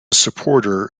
supporter